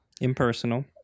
Impersonal